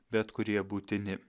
bet kurie būtini